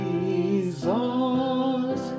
Jesus